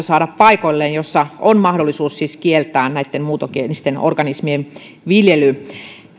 saada paikoilleen tämä lainsäädäntö jossa on siis mahdollisuus kieltää näitten muuntogeenisten organismien viljely